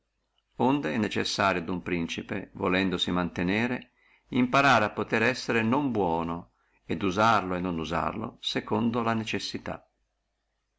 onde è necessario a uno principe volendosi mantenere imparare a potere essere non buono et usarlo e non usare secondo la necessità